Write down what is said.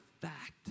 fact